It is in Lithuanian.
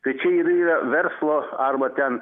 tai čia ir yra verslo arba ten